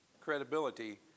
credibility